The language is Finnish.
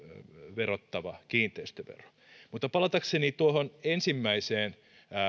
verottava kiinteistövero mutta palatakseni tuohon ensimmäiseen